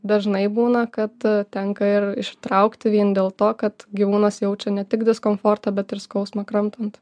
dažnai būna kad tenka ir ištraukti vien dėl to kad gyvūnas jaučia ne tik diskomfortą bet ir skausmą kramtant